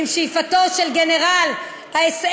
עם שאיפתו של גנרל האס.